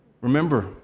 remember